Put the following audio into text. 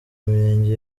mirenge